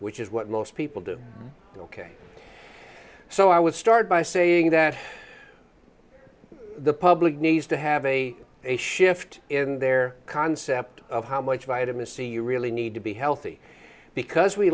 which is what most people do ok so i would start by saying that the public needs to have a a shift in their concept of how much vitamin c you really need to be healthy because we